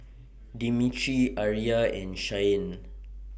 Demetri Aria and Shyanne